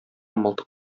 мылтык